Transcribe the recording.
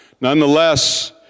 Nonetheless